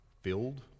filled